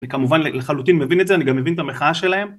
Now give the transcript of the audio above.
וכמובן לחלוטין מבין את זה, אני גם מבין את המחאה שלהם.